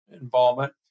involvement